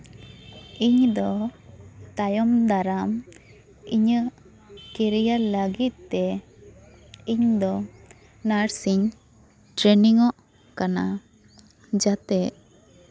ᱤᱧ ᱫᱚ ᱛᱟᱭᱚᱢ ᱫᱟᱨᱟᱢ ᱤᱧᱟᱹᱜ ᱠᱮᱨᱤᱭᱟᱨ ᱞᱟᱹᱜᱤᱫ ᱛᱮ ᱤᱧ ᱫᱚ ᱱᱟᱨᱥ ᱤᱧ ᱴᱨᱮᱱᱤᱝ ᱚᱜ ᱠᱟᱱᱟ ᱡᱟᱛᱮ